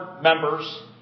members